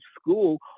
school